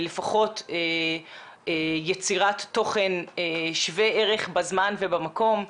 לפחות יצירת תוכן שווה ערך בזמן ובמקום,